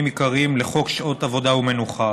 עיקריים לחוק שעות עבודה ומנוחה: